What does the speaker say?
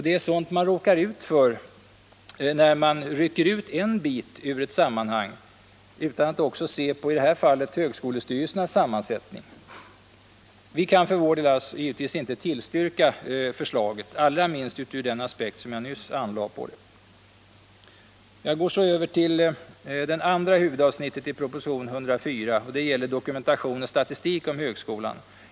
Det är sådant man råkar ut för, när man rycker ut en bit ur ett sammanhang utan att också se på — i det här fallet — Vi kan för vår del givetvis inte tillstyrka förslaget — allra minst utur den aspekt jag nyss anlade. Jag går så över till att kommentera det andra huvudavsnittet i proposition nr 104. Det gäller dokumentation och statistik om högskolan.